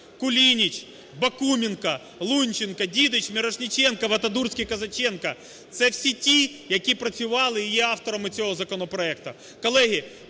Кулініч, Бакуменко, Лунченко, Дідич, Мірошніченко, Вадатурський, Козаченко – це всі ті, які працювали і є авторами цього законопроекту.